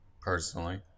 personally